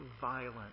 violent